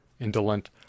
indolent